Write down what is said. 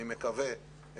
אני מקווה,